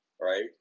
Right